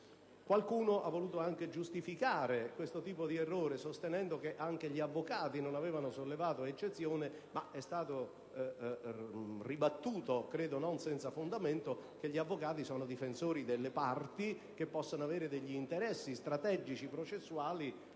Qualcuno ha voluto anche giustificare questo tipo di errore sostenendo che anche gli avvocati non avevano sollevato eccezione, ma è stato ribattuto, credo non senza fondamento, che gli avvocati sono difensori delle parti e che possono avere degli interessi strategici processuali